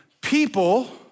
People